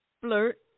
flirt